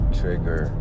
trigger